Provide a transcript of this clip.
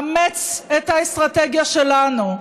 אמץ את האסטרטגיה שלנו.